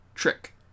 trick